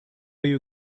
you